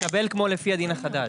יקבל כמו לפי הדין החדש.